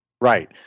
Right